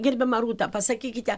gerbiama rūta pasakykite